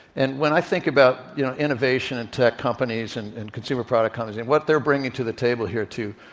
and when i think about, you know, innovation and tech companies companies and consumer product companies and what they're bringing to the table here, too,